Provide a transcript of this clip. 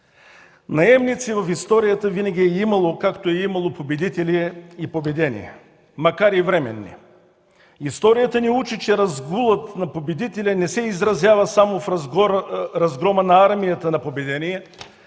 Наемници в историята винаги е имало, както е имало победители и победени, макар и временни. Историята ни учи, че разгулът на победителя не се изразява само в разгрома на армията на победения,